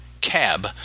cab